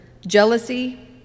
jealousy